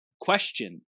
question